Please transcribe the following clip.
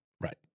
right